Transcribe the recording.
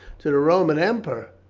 to the roman emperor!